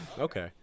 Okay